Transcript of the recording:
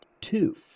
two